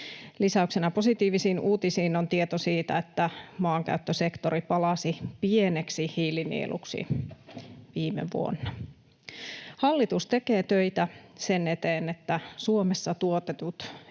Lisäyksenä positiivisiin uutisiin on tieto siitä, että maankäyttösektori palasi pieneksi hiilinieluksi viime vuonna. Hallitus tekee töitä sen eteen, että Suomessa tuotetut